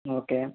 okay